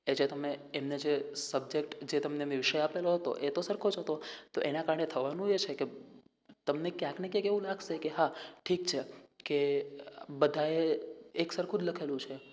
એ જે તમે એમને જે સબ્જેક્ટ જે તમને મેં વિષય આપેલો હતો એતો સરખો જ હતો તો એના કારણે થવાનું એ છે કે તમને ક્યાંકને ક્યાંક એવું લાગશે કે હા ઠીક છે કે બધાએ એક સરખું જ લખેલું છે